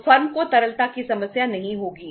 तो फर्म को तरलता की समस्या नहीं होगी